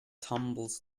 tumbles